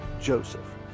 Joseph